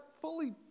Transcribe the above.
fully